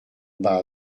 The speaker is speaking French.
bas